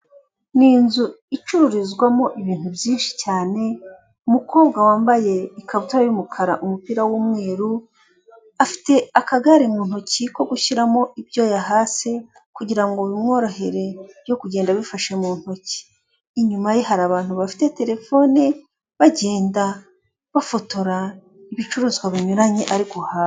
Ni inzu icururizwamo ibintu byinshi cyane umukobwa wambaye ikabutura y'umukara umupira w'umweru afite akagare mu ntoki ko gushyiramo ibyo yahashye kugirango bimworohere ye kugenda abifashe mu ntoki inyuma ye hari abantu bafite telefone bagenda bafotora ibicuruzwa binyuranye ari guhaha .